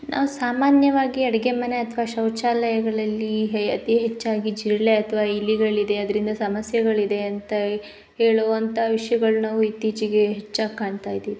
ನಾವು ಸಾಮಾನ್ಯವಾಗಿ ಅಡುಗೆ ಮನೆ ಅಥ್ವಾ ಶೌಚಾಲಯಗಳಲ್ಲಿ ಯೇ ಅತಿ ಹೆಚ್ಚಾಗಿ ಜಿರಳೆ ಅಥ್ವಾ ಇಲಿಗಳಿದೆ ಅದ್ರಿಂದ ಸಮಸ್ಯೆಗಳಿದೆ ಅಂತ ಹೇಳುವಂಥ ವಿಷಯಗಳನ್ನು ನಾವು ಇತ್ತೀಚೆಗೆ ನಾವು ಹೆಚ್ಚಾಗಿ ಕಾಣ್ತಾಯಿದ್ದೀವಿ